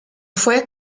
fue